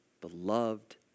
beloved